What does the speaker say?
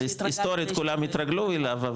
היסטורית כולם התרגלו אליו,